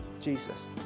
Jesus